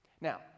Now